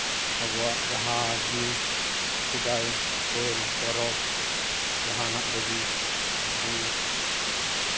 ᱟᱵᱚᱣᱟᱜ ᱡᱟᱦᱟᱸᱜᱮ ᱥᱮᱫᱟᱭ ᱠᱷᱚᱱ ᱯᱟᱹᱞ ᱯᱚᱨᱚᱵᱽ ᱡᱟᱦᱟᱸᱱᱟᱜ ᱨᱮᱜᱮ ᱟᱵᱚ